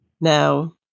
Now